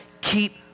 keep